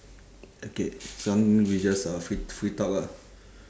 okay this one we just uh free free talk ah